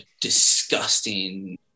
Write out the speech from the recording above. disgusting